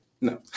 No